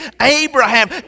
Abraham